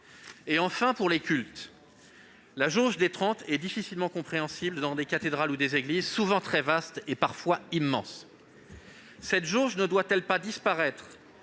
Enfin, pour les cultes, la jauge des trente personnes est difficilement compréhensible dans des cathédrales ou des églises souvent très vastes, voire parfois immenses. Cette jauge ne devrait-elle pas disparaître